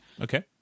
okay